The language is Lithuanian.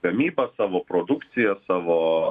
gamyba savo produkcija savo